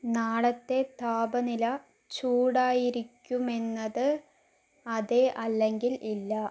നാളത്തെ താപനില ചൂടായിരിക്കുമെന്നത് അതെ അല്ലെങ്കിൽ ഇല്ല